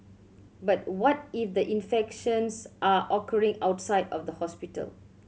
but what if the infections are occurring outside of the hospital